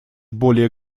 более